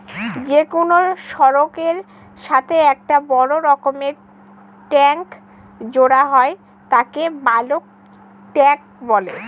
যে কোনো সড়কের সাথে একটা বড় রকমের ট্যাংক জোড়া হয় তাকে বালক ট্যাঁক বলে